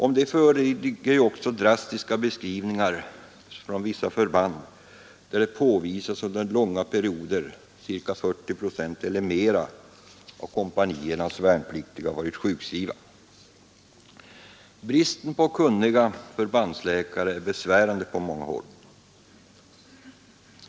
Om detta föreligger ju också drastiska beskrivningar från vissa förband, där det påvisas att under långa perioder ca 40 procent eller mera av kompaniernas värnpliktiga varit sjukskrivna. Bristen på kunniga förbandsläkare är besvärande på många håll.